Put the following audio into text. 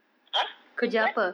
ah what